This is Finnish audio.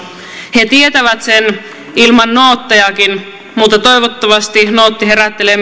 he tietävät sen ilman noottejakin mutta toivottavasti nootti herättelee